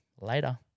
later